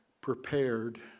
prepared